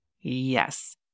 Yes